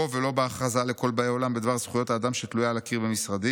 בו ולא בהכרזה לכל באי עולם בדבר זכויות האדם שתלויה על הקיר במשרדי".